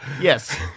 Yes